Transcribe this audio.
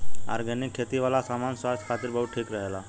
organic खेती वाला सामान स्वास्थ्य खातिर बहुते ठीक रहेला